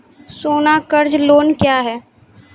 सोना कर्ज लोन क्या हैं?